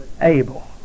able